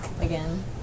again